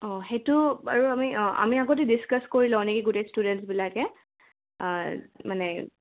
অঁ সেইটো বাৰু আমি অঁ আমি আগতে ডিছকাছ কৰি লওঁ নেকি গোটেই ষ্টুডেণ্টছবিলাকে অঁ মানে